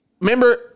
remember